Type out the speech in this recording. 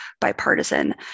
bipartisan